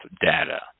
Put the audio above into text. data